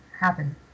happen